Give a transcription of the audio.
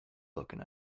looking